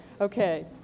okay